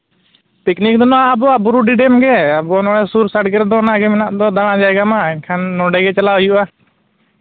picnic ᱫᱚ ᱦᱟᱸᱜ ᱟᱵᱚᱣᱟᱜ ᱵᱩᱨᱩᱰᱤ ᱰᱮᱢ ᱜᱮ ᱟᱵᱚ ᱱᱚᱣᱟ ᱥᱩᱨ ᱥᱟᱰᱜᱮ ᱨᱮᱫᱚ ᱚᱱᱟᱜᱮ ᱢᱮᱱᱟᱜ ᱫᱚ ᱫᱟᱬᱟ ᱡᱟᱭᱜᱟ ᱢᱟ ᱮᱱᱠᱷᱟᱱ ᱱᱚᱰᱮ ᱜᱮ ᱪᱟᱞᱟᱜ ᱦᱩᱭᱩᱜᱼᱟ